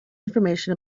information